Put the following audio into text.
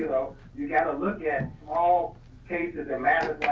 though you got to look at all cases amended